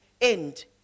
end